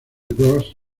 bros